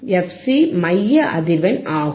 fc மைய அதிர்வெண் ஆகும்